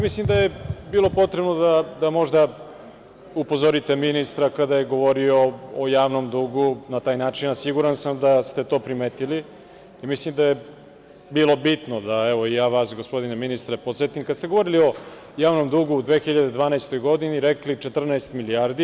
Mislim da je bilo potrebno da možda upozorite ministra kada je govorio o javnom dugu na taj način, a siguran sam da ste to primetili i mislim da je bilo bitno da i ja vas, gospodine ministre, podsetim, kada ste govorili o javnom dugu u 2012. godine, rekli 14 milijardi.